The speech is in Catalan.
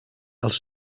els